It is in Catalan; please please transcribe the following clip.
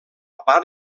part